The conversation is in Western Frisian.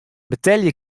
betelje